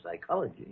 psychology